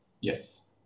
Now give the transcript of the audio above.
Yes